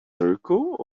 circle